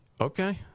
Okay